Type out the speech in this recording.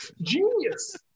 Genius